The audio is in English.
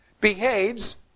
behaves